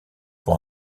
pour